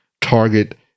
target